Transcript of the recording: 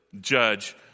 judge